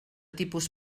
tipus